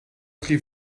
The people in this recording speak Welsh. chi